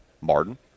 Martin